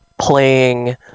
playing